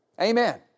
Amen